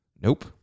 Nope